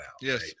yes